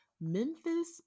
Memphis